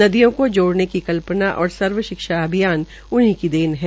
नदियों को जोड़ने की कल्पना और सर्वशिक्षा अभियान उन्हीं की देन है